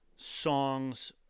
songs